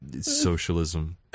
Socialism